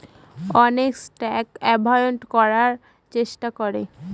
অনেকে tax avoid করার চেষ্টা করে